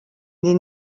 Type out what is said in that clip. den